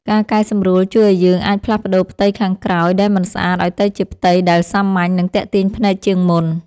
ការកែសម្រួលជួយឱ្យយើងអាចផ្លាស់ប្តូរផ្ទៃខាងក្រោយដែលមិនស្អាតឱ្យទៅជាផ្ទៃដែលសាមញ្ញ និងទាក់ទាញភ្នែកជាងមុន។